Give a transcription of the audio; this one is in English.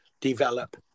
develop